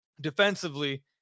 defensively